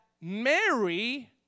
Mary